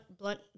blunt